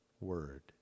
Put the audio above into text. word